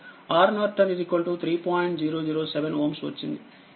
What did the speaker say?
007Ω వచ్చింది